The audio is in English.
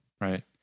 Right